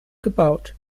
gebaut